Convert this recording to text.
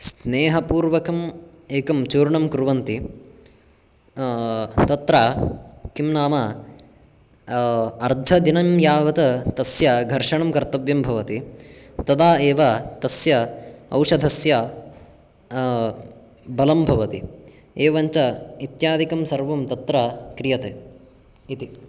स्नेहपूर्वकम् एकं चूर्णं कुर्वन्ति तत्र किं नाम अर्धदिनं यावत् तस्य घर्षणं कर्तव्यं भवति तदा एव तस्य औषधस्य बलं भवति एवञ्च इत्यादिकं सर्वं तत्र क्रियते इति